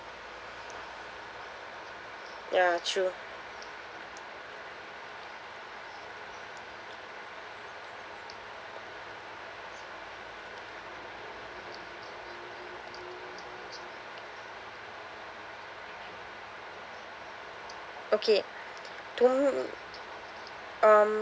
ya true okay to m~ um